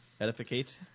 Edificate